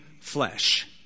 flesh